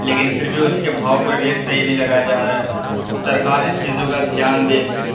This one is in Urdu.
لیکن پھر بھی اس کے بھاؤ کو ریٹ صحیح نہیں لگایا جا رہا ہے سرکار اس چیزوں کا دھیان دے